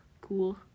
cool